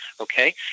okay